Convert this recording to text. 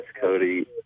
Cody